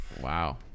Wow